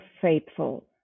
faithful